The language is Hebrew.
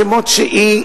כמות שהיא,